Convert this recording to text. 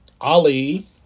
Ali